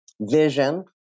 vision